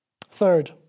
Third